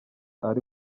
ari